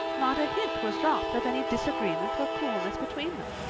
not a hint was dropped, of any disagreement or coolness between them.